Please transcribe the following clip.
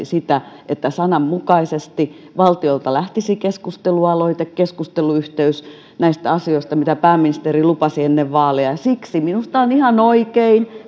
sitä että sananmukaisesti valtiolta lähtisi keskustelualoite keskusteluyhteys näistä asioista mitä pääministeri lupasi ennen vaaleja siksi minusta on ihan oikein